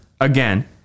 again